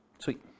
Sweet